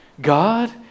God